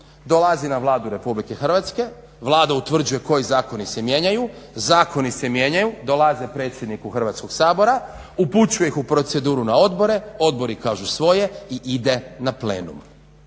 dolazi na Vladu RH, Vlada utvrđuje koji zakoni se mijenjaju, zakoni se mijenjaju, dolaze predsjedniku Hrvatskog sabora, upućuje ih u proceduru na odbora, odbori kažu svoje i ide na plenum.